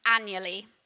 annually